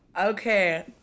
Okay